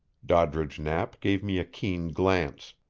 doddridge knapp gave me a keen glance.